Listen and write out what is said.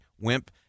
wimp